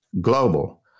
global